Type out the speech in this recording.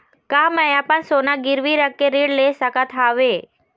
का मैं अपन सोना गिरवी रख के ऋण ले सकत हावे?